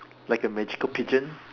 like a magical pigeon